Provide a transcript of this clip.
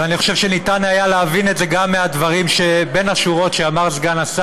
ואני חושב שניתן היה להבין את זה בין השורות גם מהדברים שאמר השר,